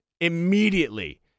immediately